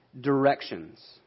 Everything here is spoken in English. directions